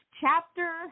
chapter